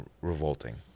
revolting